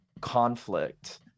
conflict